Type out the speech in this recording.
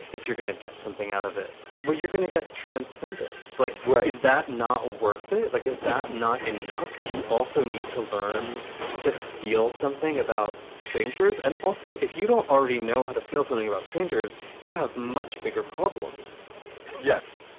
if you're going to get something out of it, well, you're going to get transcendent. it's like, great is that not worth it? like, is that not enough? you also need to learn to feel something about strangers. and also, if you don't already know how to feel something about strangers, you have much bigger problems yes.